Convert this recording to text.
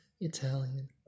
Italian